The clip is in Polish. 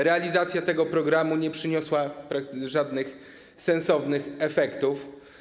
Realizacja tego programu nie przyniosła żadnych sensownych efektów.